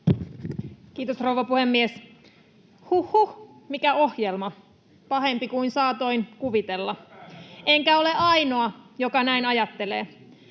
Kiitos, rouva puhemies! Huh huh, mikä ohjelma, pahempi kuin saatoin kuvitella, enkä ole ainoa, joka näin ajattelee.